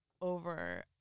over